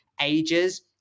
ages